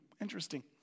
Interesting